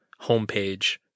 homepage